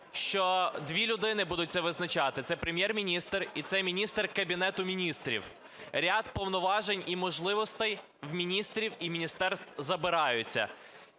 дві людини будуть це визначати – це Прем'єр-міністр і це міністр Кабінету Міністрів. Ряд повноважень і можливостей в міністрів і міністерств забираються.